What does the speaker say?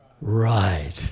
Right